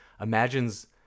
imagines